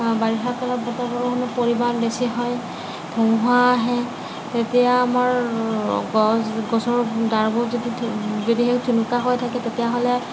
বাৰিষা কালত বতাহ বৰষুণৰ পৰিমাণ বেছি হয় ধুমুহা আহে তেতিয়া আমাৰ গছ গছৰ গাবোৰ যদি যদিহে ঠুনুকা হৈ থাকে তেতিয়াহ'লে